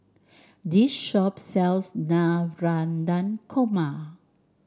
this shop sells Navratan Korma